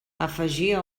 afegia